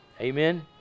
Amen